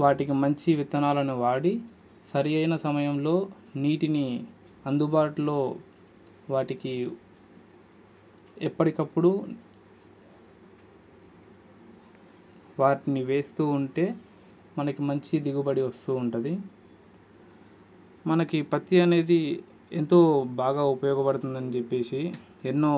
వాటికి మంచి విత్తనాలను వాడి సరి అయిన సమయంలో నీటిని అందుబాటులో వాటికి ఎప్పటికప్పుడు వాటిని వేస్తూ ఉంటే మనకు మంచి దిగుబడి వస్తూ ఉంటుంది మనకి పత్తి అనేది ఎంతో బాగా ఉపయోగపడుతుందని చెప్పేసి ఎన్నో